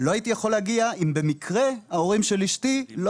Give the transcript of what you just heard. לא הייתי יכול להגיע אם במקרה ההורים של אשתי לא